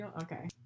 Okay